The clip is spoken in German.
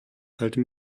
halte